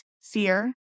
fear